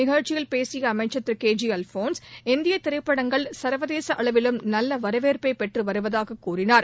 நிகழ்ச்சியில் பேசிய அமைச்சர் திரு கே ஜி அல்போன்ஸ் இந்திய திரைப்படங்கள் சர்வதேச அளவிலும் நல்ல வரவேற்பை பெற்றுவருவதாக கூறினார்